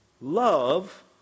Love